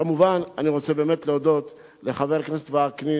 כמובן, אני רוצה באמת להודות לחבר הכנסת וקנין,